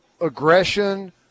aggression